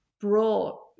brought